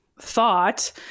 thought